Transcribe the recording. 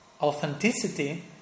authenticity